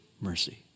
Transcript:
mercy